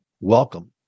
welcome